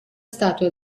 statua